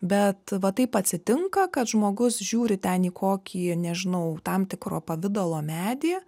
bet va taip atsitinka kad žmogus žiūri ten į kokį nežinau tam tikro pavidalo medį